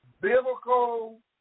Biblical